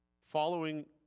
following